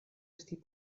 esti